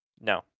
No